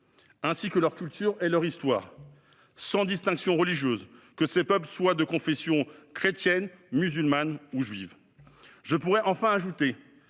ainsi que leur culture et leur histoire, sans distinction religieuse, que ces peuples soient de confession chrétienne, musulmane ou juive. Je pourrais enfin ajouter